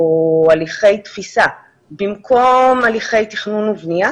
הליכי תפיסה במקום הליכי תכנון ובנייה